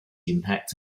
impacts